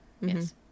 Yes